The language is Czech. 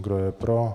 Kdo je pro?